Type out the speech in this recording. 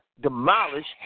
demolished